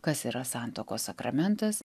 kas yra santuokos sakramentas